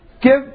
give